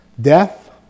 death